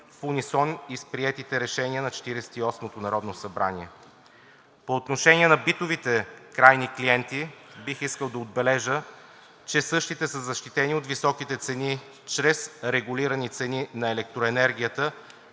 в унисон и с прието решение на Четиридесет и осмото народно събрание. По отношение на битовите крайни клиенти бих искал да отбележа, че същите са защитени от високите цени чрез регулирани цени на електроенергия,